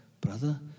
brother